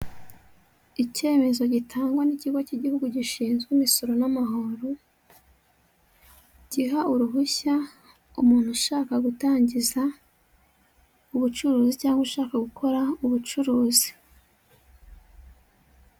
Icyemezo gitangwa n'ikigo cy'igihugu gishinzwe imisoro n'amahoro, giha uruhushya umuntu ushaka gutangiza ubucuruzi cyangwa ushaka gukora ubucuruzi.